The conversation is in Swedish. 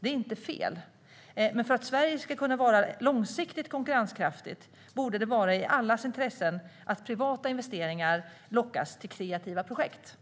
Det är inte fel, men för att Sverige ska kunna vara långsiktigt konkurrenskraftigt borde det vara i allas intresse att privata investeringar lockas till kreativa projekt.